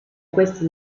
questi